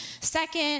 Second